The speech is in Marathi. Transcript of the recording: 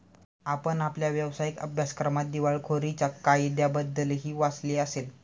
आपण आपल्या व्यावसायिक अभ्यासक्रमात दिवाळखोरीच्या कायद्याबद्दलही वाचले असेल